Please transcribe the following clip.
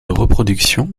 reproduction